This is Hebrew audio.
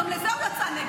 גם על זה הוא יצא נגד,